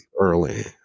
early